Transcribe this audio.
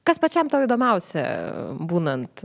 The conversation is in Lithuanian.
kas pačiam tau įdomiausia būnant